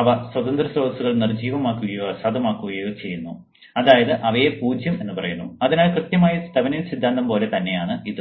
അവ സ്വതന്ത്ര സ്രോതസ്സുകൾ നിർജ്ജീവമാക്കുകയോ അസാധുവാക്കുകയോ ചെയ്യുന്നു അതായത് അവയെ 0 എന്ന് പറയുന്നു അതിനാൽ കൃത്യമായി തെവെനിൻ സിദ്ധാന്തം പോലെ തന്നെയാണ് ഇത്